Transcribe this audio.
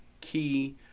key